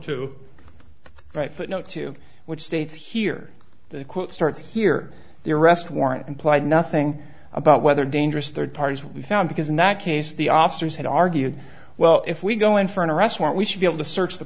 too right but no to which state here the quote starts here your rest warrant implied nothing about whether dangerous third parties were found because in that case the officers had argued well if we go in for an arrest warrant we should be able to search the